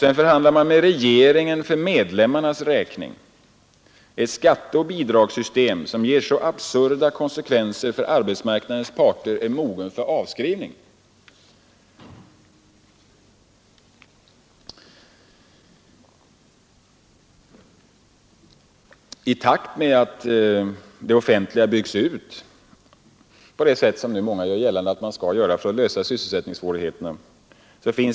Å andra sidan resonerar man på ett sätt som ger intryck av att det bara är att basa på med nyanställningar i det offentliga när sysselsättningen sviker. Det är svårt att se hur den uppläggningen egentligen går ihop.